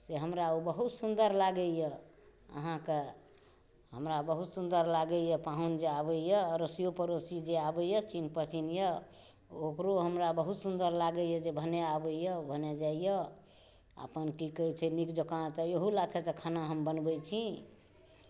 से हमरा ओ बहुत सुन्दर लागैए अहाँके हमरा बहुत सुन्दर लागैए पाहुन जे आबैए अड़ोसिओ पड़ोसी जे आबैए चीन्ह पहचिनए ओकरो हमरा बहुत सुन्दर लागैए जे भने आबैए भने जाइए आओर अपन की कहै छै नीक जकाँ इहो लाथे तऽ खाना हम बनबै छी